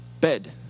bed